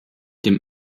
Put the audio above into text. dem